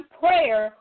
prayer